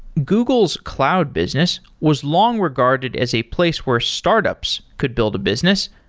google's cloud business was long regarded as a place where startups could build a business,